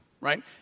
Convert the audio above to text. right